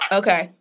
okay